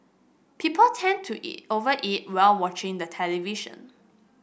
people tend to over eat while watching the television